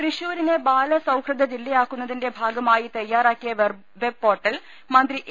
തൃശൂരിനെ ബാലസൌഹൃദ്യ ജില്ലയാക്കുന്നതിന്റെ ഭാഗമായി തയാറാക്കിയ വെബ് പോർട്ടൽ മന്ത്രി എ